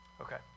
Okay